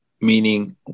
meaning